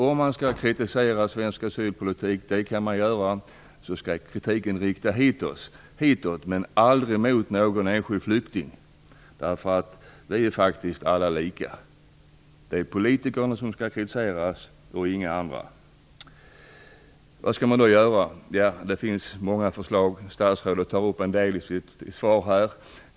Om man skall kritisera den svenska asylpolitiken - och det kan man göra - skall kritiken riktas hitåt och aldrig mot en enskild flykting. Vi är faktiskt alla lika. De är politikerna som skall kritiseras och inga andra. Vad skall man då göra? Det finns många förslag. Statsrådet tar upp en del i sitt svar.